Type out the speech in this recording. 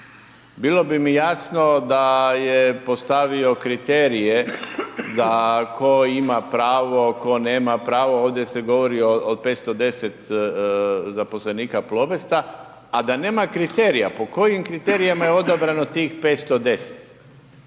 Bilo bi mi jasno da je postavio kriterije da tko ima pravo, tko nema pravo, ovdje se govori o 510 zaposlenika Plobesta, a da nema kriterija, po kojim kriterijama je odabrano tih 510,